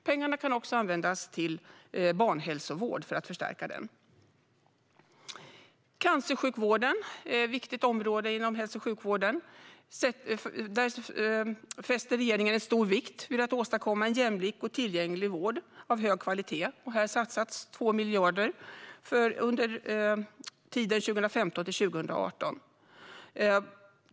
Pengarna kan också användas till barnhälsovård för att förstärka den. Cancersjukvården är ett viktigt område inom hälso och sjukvården. Där fäster regeringen stor vikt vid att åstadkomma en jämlik och tillgänglig vård av hög kvalitet. Här satsas 2 miljarder under 2015-2018.